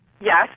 Yes